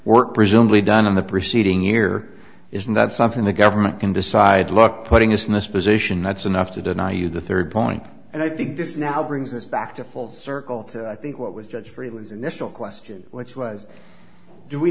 work presumably done in the preceding year is not something the government can decide look putting us in this position that's enough to deny you the third point and i think this now brings us back to full circle i think what was judge freeland's initial question which was do we